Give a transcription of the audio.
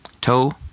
toe